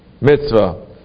mitzvah